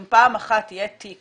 אם פעם אחת יהיה תיק